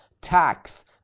tax